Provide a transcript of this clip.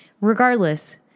regardless